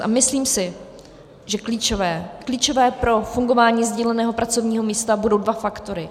A myslím si, že klíčové, klíčové pro fungování sdíleného pracovního místa budou dva faktory.